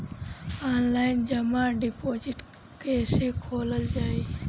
Online जमा deposit कैसे खोलल जाइ?